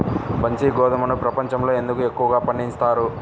బన్సీ గోధుమను ప్రపంచంలో ఎందుకు ఎక్కువగా పండిస్తారు?